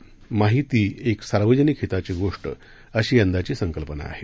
माहिती एक सार्वजनिक हिताची गोष्ट अशी यंदाची संकल्पना आहे